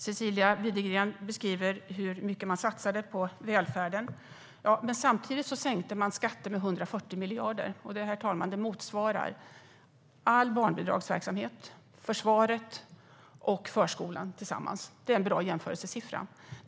Cecilia Widegren beskriver hur mycket man satsade på välfärden. Men samtidigt sänkte man skatterna med 140 miljarder. Det motsvarar alla barnbidrag, försvaret och förskolan. Det är en bra jämförelse.